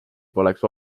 poleks